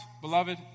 beloved